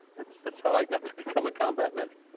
that's that's how i got to become a combat medic.